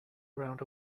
around